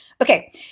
okay